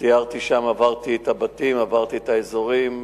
סיירתי שם, עברתי את הבתים, עברתי את האזורים,